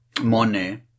money